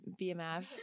BMF